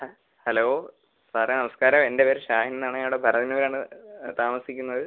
ആ ഹലോ സാറേ നമസ്കാരം എൻ്റെ പേര് ഷാഹിൻ എന്നാണ് ഞങ്ങൾ പറവന്നൂരാണ് താമസിക്കുന്നത്